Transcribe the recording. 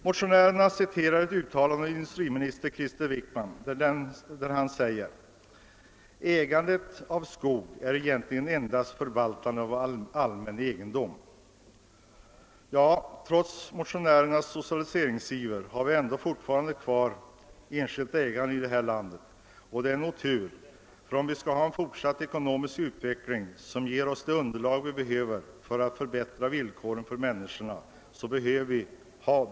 Motionärerna citerar ett uttalande av industriminister — Krister Wickman: >Ägande av skog är egentligen endast förvaltande av allmän egendom.» Men trots motionärernas socialiseringsiver har vi alltjämt kvar ett enskilt ägande här i landet, och det är nog tur, om vi skall få en fortsatt ekonomisk utveckling som ger oss det behövliga underlaget för att förbättra villkoren för människorna.